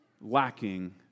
lacking